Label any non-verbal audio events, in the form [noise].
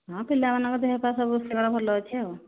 ହଁ ପିଲାମାନଙ୍କ ଦେହ ପା ସବୁ [unintelligible] ଭଲ ଅଛି ଆଉ